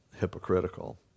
hypocritical